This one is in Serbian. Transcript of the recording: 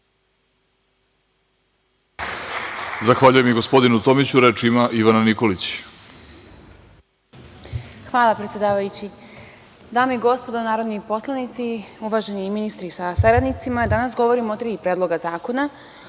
Zahvaljujem gospodinu Tomiću. Reč ima Ivana Nikolić. **Ivana Nikolić** Hvala predsedavajući. Dame i gospodo narodni poslanici, uvaženi ministri sa saradnicima, danas govorimo o tri predloga zakona,